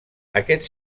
aquest